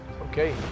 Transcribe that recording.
Okay